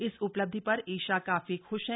इस उपलब्धि पर ईशा काफी ख्श है